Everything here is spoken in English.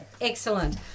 Excellent